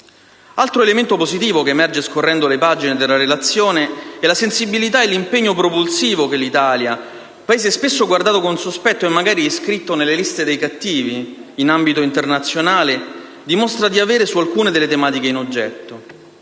altro elemento positivo, che emerge scorrendo le pagine della relazione, è costituito dalla sensibilità e dall'impegno propulsivo che l'Italia - Paese spesso guardato con sospetto e magari iscritto nelle liste dei cattivi in ambito internazionale - dimostra di avere su alcune delle tematiche in oggetto.